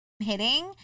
hitting